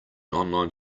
online